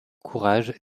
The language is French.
courage